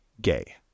gay